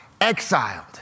exiled